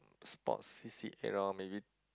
sports C_C_A lor maybe